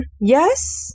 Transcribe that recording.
Yes